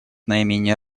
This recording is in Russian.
наименее